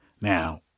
Now